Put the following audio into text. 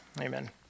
amen